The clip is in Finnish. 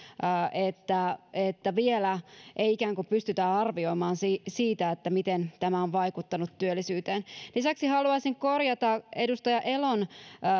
että että vielä ei ikään kuin pystytä arvioimaan sitä miten tämä on vaikuttanut työllisyyteen lisäksi haluaisin korjata edustaja elon